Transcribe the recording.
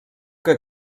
que